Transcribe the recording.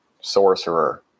sorcerer